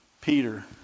Peter